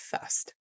first